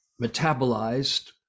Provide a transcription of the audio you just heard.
metabolized